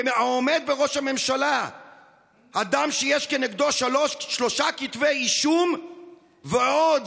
ועומד בראש הממשלה אדם שיש כנגדו שלושה כתבי אישום ועוד